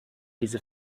diese